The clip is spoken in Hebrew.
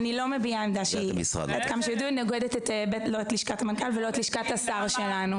אני לא מביעה עמדה שנוגדת את עמדת לשכת המנכ"ל ואת לשכת השר שלנו.